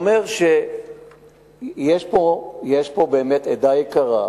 יש פה באמת עדה יקרה,